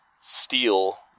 steel